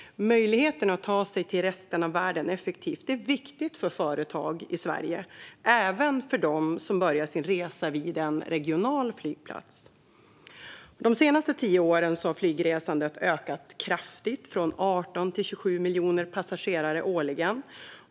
Möjligheten att effektivt ta sig till resten av världen är viktig för företag i Sverige, även för dem som börjar sin resa vid en regional flygplats. De senaste tio åren har flygresandet ökat kraftigt - från 18 till 27 miljoner passagerare årligen.